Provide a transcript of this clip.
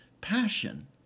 passion